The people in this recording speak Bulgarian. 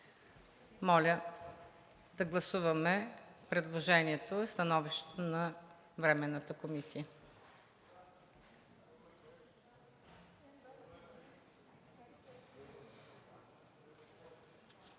Моля да гласуваме предложението и становището на Временната комисия.